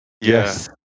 Yes